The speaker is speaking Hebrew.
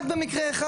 רק במקרה אחד.